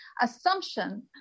assumption